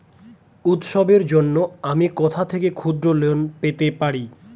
উৎসবের জন্য আমি কোথা থেকে ক্ষুদ্র লোন পেতে পারি?